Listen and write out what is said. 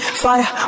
fire